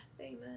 amen